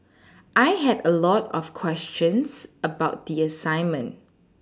I had a lot of questions about the assignment